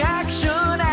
action